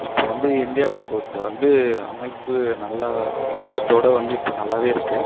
இப்போ வந்து இந்தியா போக்குவரத்து வந்து அமைப்பு நல்லா ஃபர்ஸ்ட்டோட வந்து இப்போ நல்லாவே இருக்கு